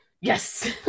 yes